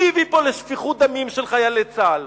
מי הביא פה לשפיכות דמים של חיילי צה"ל?